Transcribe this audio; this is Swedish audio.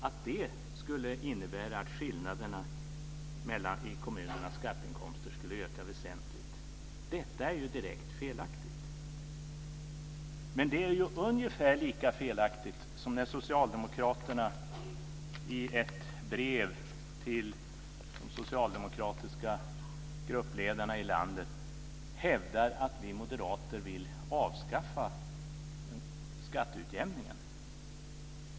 Att detta skulle innebära att skillnaderna mellan kommunernas skatteinkomster skulle öka väsentligt är ju direkt felaktigt. Det är ungefär lika felaktigt när Socialdemokraterna i ett brev till de socialdemokratiska gruppledarna i landet hävdar att vi moderater vill avskaffa skatteutjämningen.